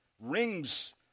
rings